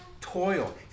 toil